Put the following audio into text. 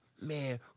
man